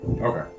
Okay